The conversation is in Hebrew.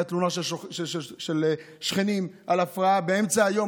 הייתה תלונה של שכנים על הפרעה באמצע היום,